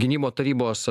gynimo tarybos